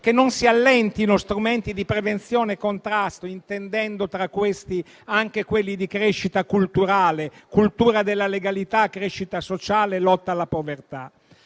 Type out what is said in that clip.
che non si allentino strumenti di prevenzione e contrasto, comprendendo tra questi anche quelli di crescita culturale, intesa come cultura della legalità, crescita sociale e lotta alla povertà.